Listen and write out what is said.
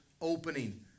opening